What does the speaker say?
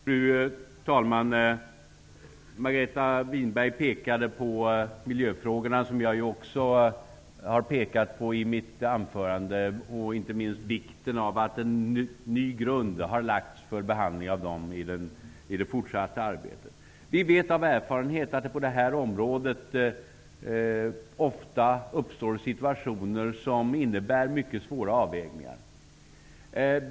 Fru talman! Margareta Winberg pekade på miljöfrågorna. Det gjorde också jag i mitt anförande. Inte minst nämnde jag att en ny grund har lagts för behandling av dessa i det fortsatta arbetet. Vi vet av erfarenhet att det på det här området ofta uppstår situationer som innebär mycket svåra avvägningar.